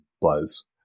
buzz